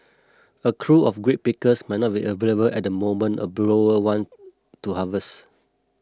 a crew of grape pickers might not be available at the moment a grower want to harvest